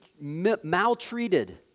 maltreated